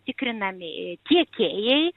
tikrinami tiekėjai